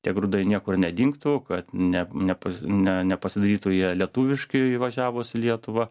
tie grūdai niekur nedingtų kad ne ne ne nepasidarytų jie lietuviški įvažiavus į lietuvą